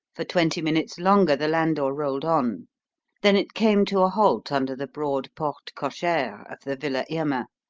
for twenty minutes longer the landau rolled on then it came to a halt under the broad porte cochere of the villa irma,